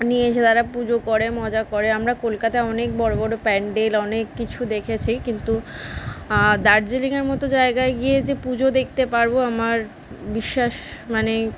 নিয়ে এসে তারা পুজো করে মজা করে আমরা কলকাতায় অনেক বড় বড় প্যান্ডেল অনেক কিছু দেখেছি কিন্তু দার্জিলিঙের মতো জায়গায় গিয়ে যে পুজো দেখতে পারবো আমার বিশ্বাস মানে